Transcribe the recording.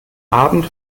abend